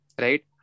right